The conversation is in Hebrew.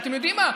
אתם יודעים מה?